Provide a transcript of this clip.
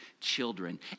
children